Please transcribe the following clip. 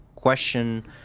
Question